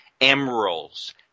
Emeralds